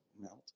melt